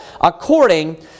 according